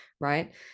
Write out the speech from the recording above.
right